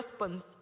response